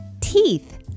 Teeth